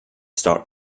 start